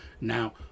Now